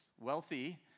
wealthy